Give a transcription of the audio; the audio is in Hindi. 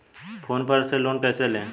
फोन पर से लोन कैसे लें?